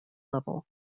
level